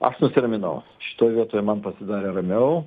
aš nusiraminau šitoj vietoj man pasidarė ramiau